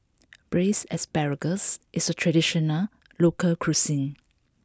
braised asparagus is a traditional local cuisine